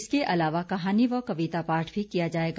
इसके अलावा कहानी व कविता पाठ भी किया जाएगा